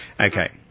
Okay